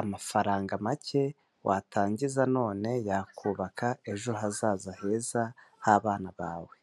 amafaranga make watangiza none yakubaka ejo hazaza heza h'abana bawe."